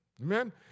Amen